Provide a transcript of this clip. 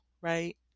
right